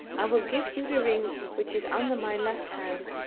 i will give you the ring which is under my left hand.